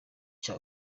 cya